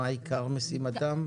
מה עיקר משימתם?